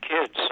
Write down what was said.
kids